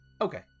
Okay